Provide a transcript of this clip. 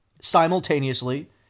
simultaneously